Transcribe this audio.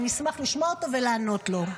אני אשמח לשמוע אותו ולענות לו,